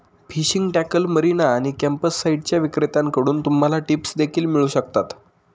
fishing tackle, marina आणि कॅम्पसाइट्सच्या विक्रेत्यांकडून तुम्हाला टिप्स देखील मिळू शकतात